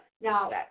Now